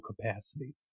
capacity